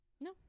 no